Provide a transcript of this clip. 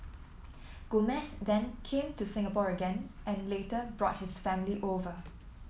Gomez then came to Singapore again and later brought his family over